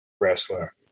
Wrestler